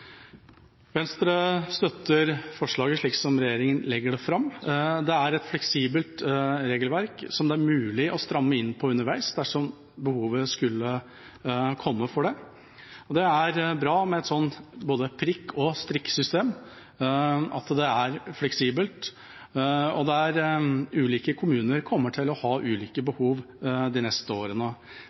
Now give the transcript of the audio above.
Venstre støtter forslaget, slik som regjeringa legger det fram. Det er et fleksibelt regelverk som det er mulig å stramme inn på underveis dersom behovet skulle komme for det. Det er bra med et sånt både prikk- og strikksystem at det er fleksibelt, og der ulike kommuner kan ha ulike behov de neste årene.